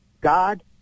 God